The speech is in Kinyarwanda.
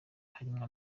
harimwo